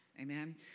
Amen